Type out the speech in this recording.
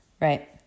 right